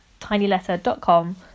tinyletter.com